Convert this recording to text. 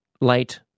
late